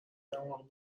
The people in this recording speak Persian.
دماغ